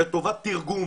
לטובת תרגום